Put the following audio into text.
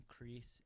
increase